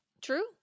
True